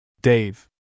Dave